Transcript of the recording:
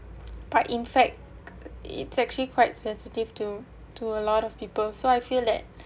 but in fact it's actually quite sensitive to to a lot of people so I feel that